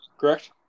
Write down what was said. correct